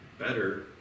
better